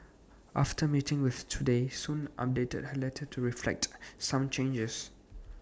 after meeting with Today Soon updated her letter to reflect some changes